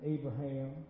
Abraham